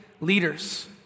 leaders